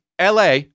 LA